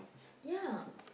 ya